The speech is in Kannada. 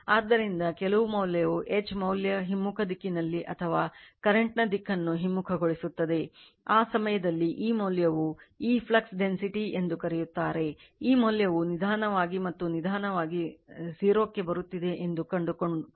ಆದ್ದರಿಂದ ಕೆಲವು ಮೌಲ್ಯವು H ಮೌಲ್ಯ ಹಿಮ್ಮುಖ ದಿಕ್ಕಿನಲ್ಲಿ ಅಥವಾ ಕರೆಂಟ್ ನ ದಿಕ್ಕನ್ನು ಹಿಮ್ಮುಖಗೊಳಿಸುತ್ತದೆ ಆ ಸಮಯದಲ್ಲಿ ಈ ಮೌಲ್ಯವು ಈ flux density ಎಂದು ಕರೆಯುತ್ತಾರೆ ಈ ಮೌಲ್ಯವು ನಿಧಾನವಾಗಿ ಮತ್ತು ನಿಧಾನವಾಗಿ 0 ಕ್ಕೆ ಬರುತ್ತಿದೆ ಎಂದು ಕಂಡುಕೊಳ್ಳುತ್ತದೆ